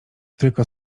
tylko